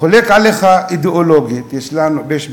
חברת הכנסת עליזה לביא דיברה לפני, יש עובדות,